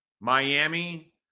Miami